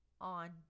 on